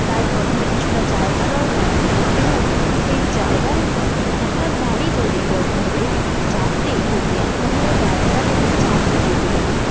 তাই প্রথমে কিছুটা জায়গা দরকার এবং সেই জায়গার ওপর একটা বাড়ি তৈরি করতে হবে যাতে করে আমি ওই ব্যবসাটাকে চালিয়ে যেতে পারি